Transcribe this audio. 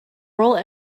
role